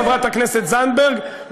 חברת הכנסת זנדברג,